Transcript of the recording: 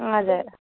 हजुर